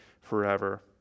forever